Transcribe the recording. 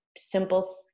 simple